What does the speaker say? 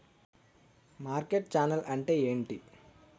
Market channel అంటే ఏంటి?